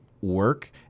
work